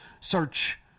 Search